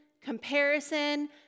comparison